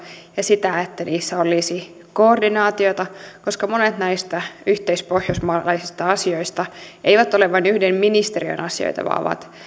ja sitä että niissä olisi koordinaatiota koska monet näistä yhteispohjoismaisista asioista eivät ole vain yhden ministeriön asioita vaan ovat